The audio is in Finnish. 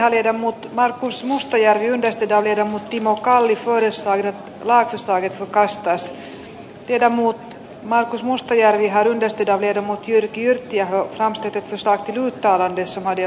eduskunta edellyttää että hallitus seuraa arpajaisverolain muutoksen vaikutuksia työllisyyteen ja maaseudun yritystoimintaan raviurheiluun ja nuorison kasvatukseen sekä harrastusmahdollisuuksiin ja reagoi tilanteeseen havaittujen ongelmien poistamiseksi